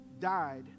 died